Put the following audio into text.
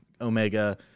Omega